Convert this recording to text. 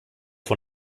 von